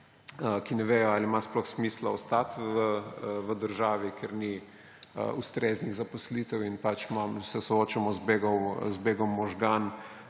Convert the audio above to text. ki ne vedo, ali ima sploh smisel ostati v državi, kjer ni ustreznih zaposlitev, in pač se soočamo z begom možganov.